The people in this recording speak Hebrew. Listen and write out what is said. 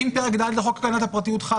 אם פרק ד' לחוק הגנת הפרטיות חל,